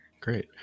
Great